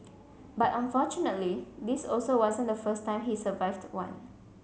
but fortunately this also wasn't the first time he survived one